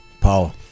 Paul